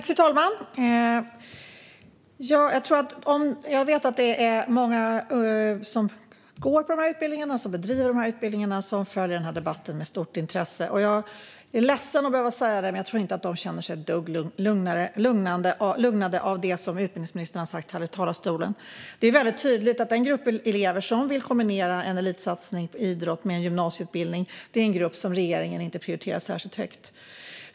Fru talman! Jag vet att många av dem som går på dessa utbildningar och som bedriver dem med stort intresse följer denna debatt. Jag är ledsen att behöva säga det, men jag tror inte att de känner sig ett dugg lugnade av det som utbildningsministern har sagt här i talarstolen. Det är väldigt tydligt att den grupp elever som vill kombinera en elitsatsning i idrott med gymnasieutbildning är en grupp som regeringen inte prioriterar särskilt högt.